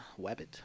Webbit